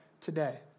today